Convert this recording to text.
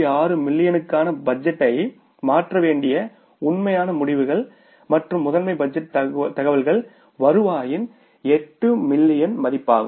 6 மில்லியனுக்கான பட்ஜெட்டை மாற்ற வேண்டிய உண்மையான முடிவுகள் மற்றும் மாஸ்டர் பட்ஜெட் தகவல்கள் வருவாயின் 8 மில்லியன் மதிப்பாகும்